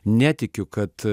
netikiu kad